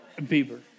Bieber